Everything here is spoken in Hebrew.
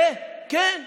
וכן,